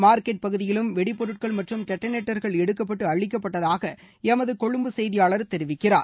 market பகுதியிலும் வெடி பொருட்கள் மற்றும் டெட்டனேட்டர்கள் எடுக்கப்பட்டு அழிக்கப்பட்டதாக எமது கொழும்பு செய்தியாளர் தெரிவிக்கிறார்